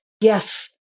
Yes